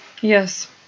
Yes